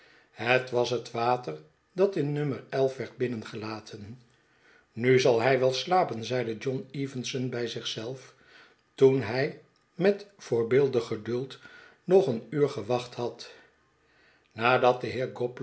het was het water dat in no werd binnengelaten nu zal hij wel slapen zeide john evenson bij zich zelf toen hij met voorbeeldig geduld nog een uur gewacht had nadat de